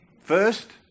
First